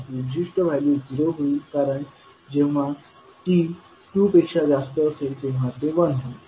ही विशिष्ट value zero होईल कारण जेव्हा t 2 पेक्षा जास्त असेल तेव्हा ते 1 होईल